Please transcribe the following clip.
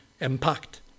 impact